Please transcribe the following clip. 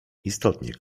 istotnie